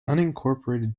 unincorporated